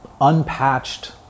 unpatched